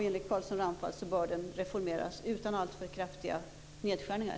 Enligt Carlsson-Ramphalrapporten bör FN reformeras utan alltför kraftiga nedskärningar.